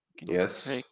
Yes